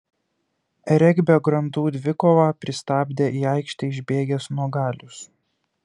regbio grandų dvikovą pristabdė į aikštę išbėgęs nuogalius